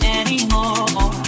anymore